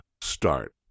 Start